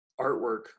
artwork